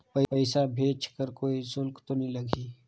पइसा भेज कर कोई शुल्क तो नी लगही?